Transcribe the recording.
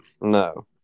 No